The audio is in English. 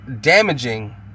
damaging